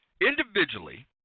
Individually